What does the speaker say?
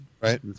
right